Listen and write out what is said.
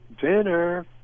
dinner